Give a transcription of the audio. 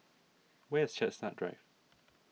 where is Chestnut Drive